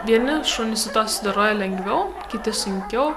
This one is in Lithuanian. vieni šunys su tuo susidoroja lengviau kiti sunkiau